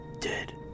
dead